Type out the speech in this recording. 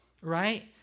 Right